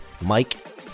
Mike